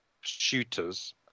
shooters